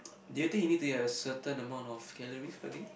do you think you need to get a certain amount of calories per day